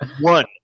one